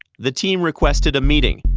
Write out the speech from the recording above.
the team requested a meeting.